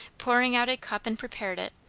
poured out a cup and prepared it,